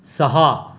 सहा